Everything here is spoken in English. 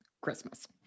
Christmas